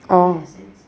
oh